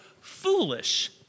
foolish